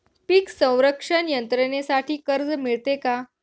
पीक संरक्षण यंत्रणेसाठी कर्ज मिळते का?